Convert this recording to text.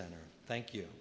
center thank you